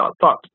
thought